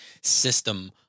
system